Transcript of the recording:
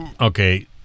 Okay